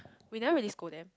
we never really scold them